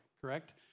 correct